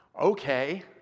Okay